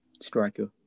striker